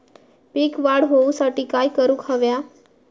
पीक वाढ होऊसाठी काय करूक हव्या?